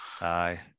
Aye